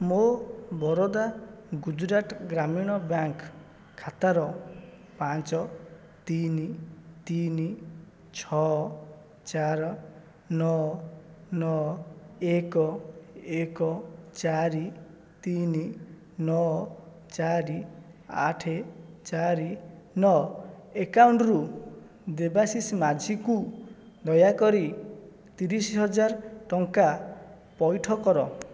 ମୋ ବରୋଦା ଗୁଜୁରାଟ ଗ୍ରାମୀଣ ବ୍ୟାଙ୍କ୍ ଖାତାର ପାଞ୍ଚ ତିନି ତିନି ଛଅ ଚାରି ନଅ ନଅ ଏକ ଏକ ଚାରି ତିନି ନଅ ଚାରି ଆଠେ ଚାରି ନଅ ଏକାଉଣ୍ଟ୍ରୁ ଦେବାଶିଷ ମାଝୀ କୁ ଦୟାକରି ତିରିଶିହଜାର ଟଙ୍କା ପଇଠ କର